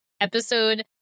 episode